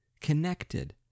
connected